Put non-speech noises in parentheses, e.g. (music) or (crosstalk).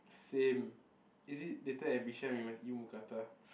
same (breath) is it later at Bishan we must eat Mookata